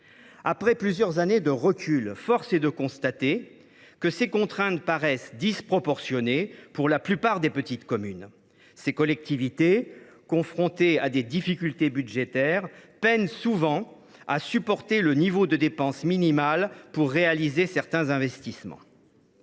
Après plusieurs années de recul, force est de constater que ces contraintes paraissent disproportionnées pour la plupart des petites communes. Ces collectivités, confrontées à des difficultés budgétaires, peinent souvent à supporter le niveau minimal de dépense pour réaliser certains investissements.